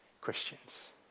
Christians